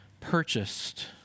purchased